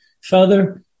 Father